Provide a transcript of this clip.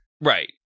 Right